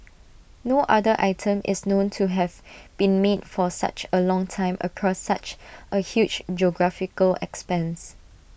no other item is known to have been made for such A long time across such A huge geographical expanse